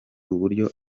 uburyo